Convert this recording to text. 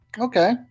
Okay